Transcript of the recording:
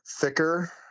thicker